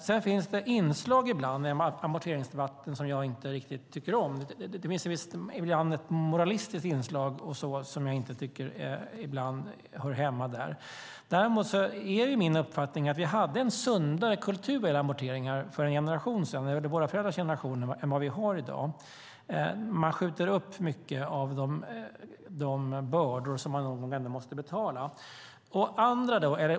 Sedan finns det inslag i amorteringsdebatten som jag inte riktigt tycker om. Det finns ibland ett moralistiskt inslag som jag inte tycker hör hemma där. Däremot är min uppfattning att vi hade en sundare kultur vad gäller amorteringar för en generation sedan - det gäller våra föräldrars generation - än vad vi har i dag. Man skjuter upp mycket av de bördor som man någon gång ändå måste betala.